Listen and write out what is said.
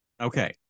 Okay